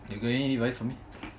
you got any advise for me